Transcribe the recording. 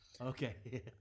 okay